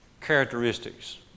characteristics